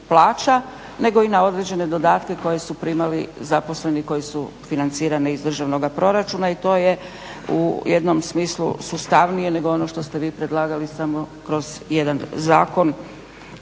nego i na određene dodatke koje su primali zaposleni koji su financirani iz državnoga proračuna i to je u jednom smislu sustavnije nego ono što ste vi predlagali samo kroz jedan zakon,